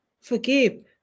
Forgive